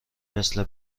مثل